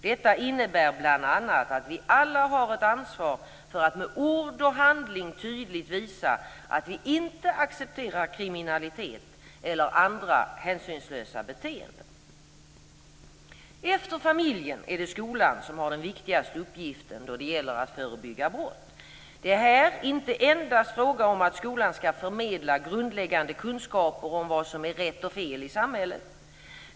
Detta innebär bl.a. att vi alla har ett ansvar för att med ord och handling tydligt visa att vi inte accepterar kriminalitet eller andra hänsynslösa beteenden. Efter familjen är det skolan som har den viktigaste uppgiften då det gäller att förebygga brott. Det är här inte endast fråga om att skolan skall förmedla grundläggande kunskaper om vad som är rätt och fel i samhället.